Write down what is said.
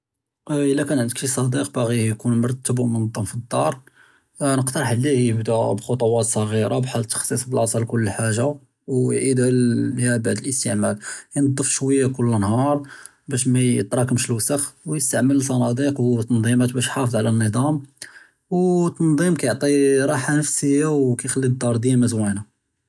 אִזָּא כָּאן עַנְדְּכּ שִׁי צַ'דִיק בַּאגִי יְקוּן מְרַתַּב וּמְנַזַּם פִּי אֶלְדַּאר נַקְּטַרַח עֲלֵיהּ יְבֶּדֵא בְּחֻ'טְוֹת צְ'גִ'ירַה בְּחַאל תַּחְסִיס בְּלַאסַה לְכֻּל חַאגַ'ה וְיַאִידּוּ אֶלְאִסְתִעְמַל יִנְטַפּ שְׁוַיַא כֻּל נְהַאר בַּאש מַא יִתְרַאכַּמְש אֶלְוּסְכּ וְיִסְתַעְמַל צּוּנְדּוּק וְתַנְזִימַאת בַּאש יְחַאפְּظ עַל אֶלְנִּזָּאם וְתַנְזִים יְעְטִי רָּחַה נַפְסִיָּה וְיִחַלִּי אֶלְדַּאר דִּימָּא אֶלְמְזוּינָה.